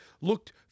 looked